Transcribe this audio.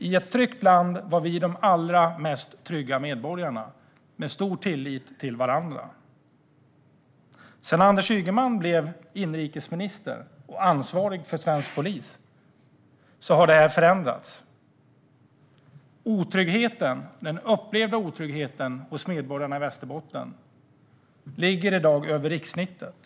I ett tryggt land var vi de allra mest trygga medborgarna, med stor tillit till varandra. Sedan Anders Ygeman blev inrikesminister och ansvarig för svensk polis har detta förändrats. Den upplevda otryggheten hos medborgarna i Västerbotten ligger i dag över rikssnittet.